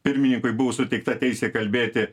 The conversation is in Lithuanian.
pirmininkui buvo suteikta teisė kalbėti